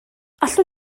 allwn